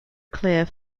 clear